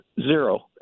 Zero